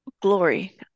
Glory